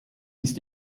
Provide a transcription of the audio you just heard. ist